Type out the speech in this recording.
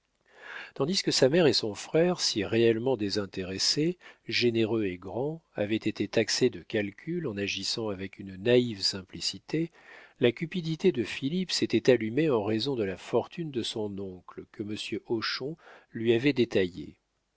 tandis que sa mère et son frère si réellement désintéressés généreux et grands avaient été taxés de calcul en agissant avec une naïve simplicité la cupidité de philippe s'était allumée en raison de la fortune de son oncle que monsieur hochon lui avait détaillée